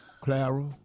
Clara